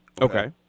Okay